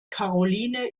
karoline